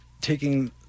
taking